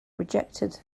rejected